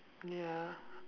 ya